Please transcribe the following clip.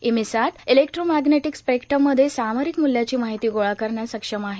EMISAT electromagnetic स्पेक्ट्रममध्ये सामरिक मूल्याची माहिती गोळा करण्यास सक्षम आहे